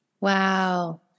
Wow